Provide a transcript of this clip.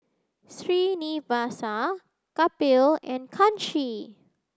Srinivasa Kapil and Kanshi